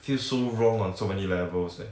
feels so wrong on so many levels leh